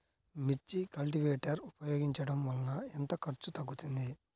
మిర్చి కల్టీవేటర్ ఉపయోగించటం వలన ఎంత ఖర్చు తగ్గుతుంది?